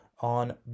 on